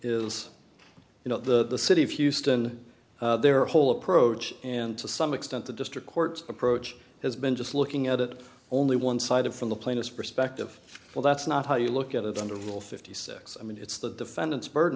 is you know the city of houston their whole approach and to some extent the district court's approach has been just looking at it only one sided from the plaintiff's perspective well that's not how you look at it under a rule fifty six i mean it's the defendant's burden